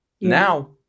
Now